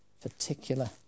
particular